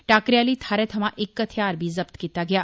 टाकरे आली थाहरा थमां इक हथियार बी जब्त कीता गेआ